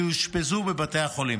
שאושפזו בבתי החולים.